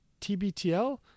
TBTL